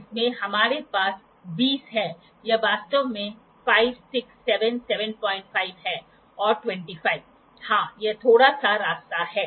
इसमें हमारे पास 20 है यह वास्तव में 5 6 7 75 है और 25 हां यह थोड़ा सा रास्ता है